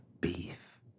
Beef